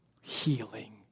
healing